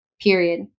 period